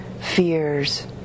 fears